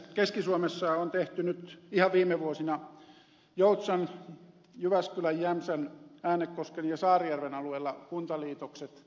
keski suomessa on tehty nyt ihan viime vuosina joutsan jyväskylän jämsän äänekosken ja saarijärven alueella kuntaliitokset